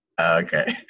Okay